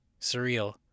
surreal